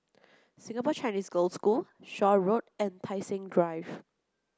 Singapore Chinese Girls' School Shaw Road and Tai Seng Drive